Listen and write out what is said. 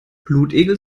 blutegel